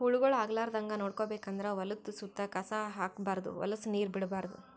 ಹುಳಗೊಳ್ ಆಗಲಾರದಂಗ್ ನೋಡ್ಕೋಬೇಕ್ ಅಂದ್ರ ಹೊಲದ್ದ್ ಸುತ್ತ ಕಸ ಹಾಕ್ಬಾರ್ದ್ ಹೊಲಸ್ ನೀರ್ ಬಿಡ್ಬಾರ್ದ್